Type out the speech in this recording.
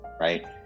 right